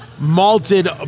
malted